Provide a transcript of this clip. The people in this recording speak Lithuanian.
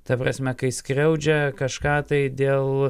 ta prasme kai skriaudžia kažką tai dėl